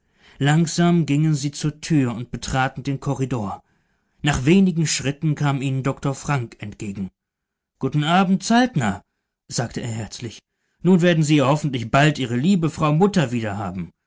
langsam gingen sie zur tür und betraten den korridor nach wenigen schritten kam ihnen doktor frank entgegen guten abend saltner sagte er herzlich nun werden sie ja hoffentlich bald die liebe frau mutter wieder